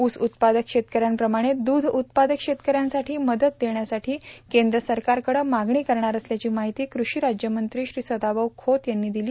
ऊस उत्पादक शेतकऱ्यांप्रमाणं दूध उत्पादक शेतकऱ्यांसाठी मदत देण्यासाठी केंद्र सरकारकडं मागणी करणार असल्याची माहिती कृषी राज्यमंत्री श्री सदाभाऊ खोत यांनी दिली